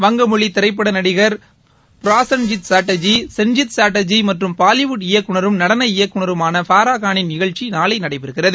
வங்கமொழி திரைப்பட நடிகர் புராசன்ஜித் சாட்டர்ஜி சாட்டர்ஜி மற்றும் பாலிவுட் இயக்குநரும் நடன இயக்குநருமான ஃபாராகானின் நிகழ்ச்சி நாளை நடைபெறுகிறது